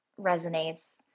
resonates